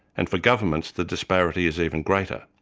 and for governments the disparity is even greater.